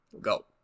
go